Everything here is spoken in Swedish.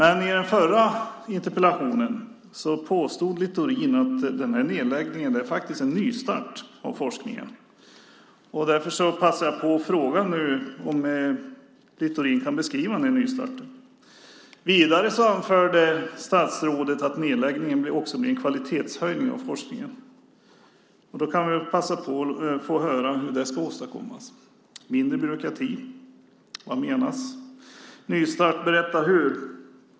I den förra interpellationsdebatten påstod Littorin att den här nedläggningen faktiskt är en nystart för forskningen. Därför passar jag nu på att fråga om Littorin kan beskriva den här nystarten. Vidare anförde statsrådet att nedläggningen också blir en kvalitetshöjning av forskningen. Då kan vi väl passa på att be att få höra hur det ska åstadkommas. Mindre byråkrati - vad menas? Nystart, berätta hur!